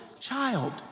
child